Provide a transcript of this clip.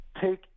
take